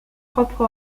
propre